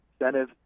incentive